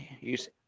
use